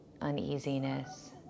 uneasiness